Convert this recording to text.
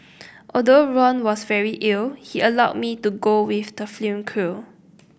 although Ron was very ill he allowed me to go with the film crew